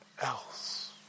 else